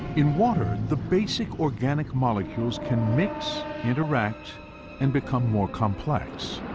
in water, the basic organic molecules can mix, interact and become more complex.